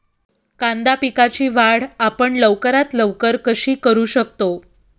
कांदा पिकाची वाढ आपण लवकरात लवकर कशी करू शकतो?